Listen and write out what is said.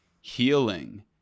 healing